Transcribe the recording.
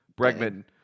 Bregman